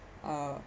uh